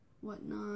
whatnot